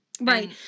Right